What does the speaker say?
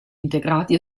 integrati